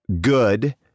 good